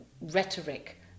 rhetoric